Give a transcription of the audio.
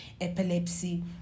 epilepsy